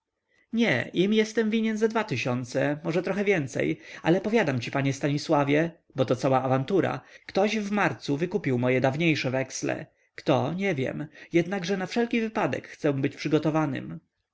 nie im jestem winien ze dwa tysiące może trochę więcej ale powiadam ci panie stanisławie bo to cała awantura ktoś w marcu wykupił moje dawniejsze weksle kto nie wiem jednakże na wszelki wypadek chcę być przygotowany